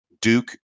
Duke